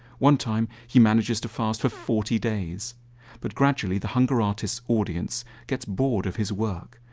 one time he manages to fast for forty days but gradually the hunger artist's audience gets bored of his work.